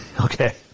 okay